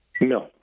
No